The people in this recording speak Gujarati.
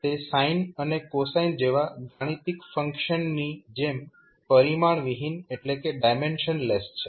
તે સાઈન અને કોસાઇન જેવા ગાણિતિક ફંક્શનની જેમ પરિમાણહીન છે